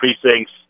precincts